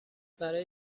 برای